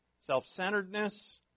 self-centeredness